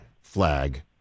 flag